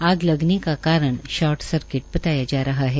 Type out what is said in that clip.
आग लगने का कारण शार्ट सर्किट बताया जा रहा है